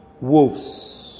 wolves